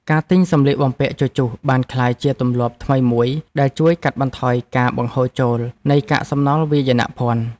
ការទិញសម្លៀកបំពាក់ជជុះបានក្លាយជាទម្លាប់ថ្មីមួយដែលជួយកាត់បន្ថយការបង្ហូរចូលនៃកាកសំណល់វាយនភ័ណ្ឌ។